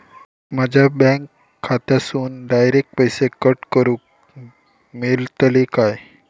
माझ्या बँक खात्यासून डायरेक्ट पैसे कट करूक मेलतले काय?